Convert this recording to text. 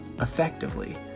effectively